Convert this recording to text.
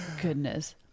Goodness